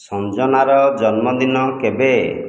ସଞ୍ଜନାର ଜନ୍ମଦିନ କେବେ